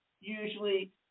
usually